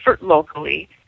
locally